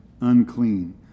unclean